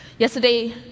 Yesterday